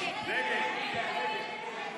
הסתייגות 50 לחלופין ב' לא